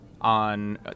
on